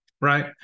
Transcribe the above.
Right